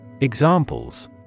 Examples